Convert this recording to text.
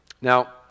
Now